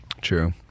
True